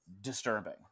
disturbing